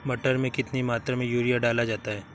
मटर में कितनी मात्रा में यूरिया डाला जाता है?